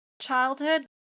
childhood